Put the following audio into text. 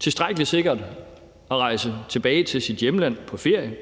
tilstrækkelig sikkert at rejse tilbage til sit hjemland på ferie,